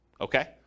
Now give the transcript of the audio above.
Okay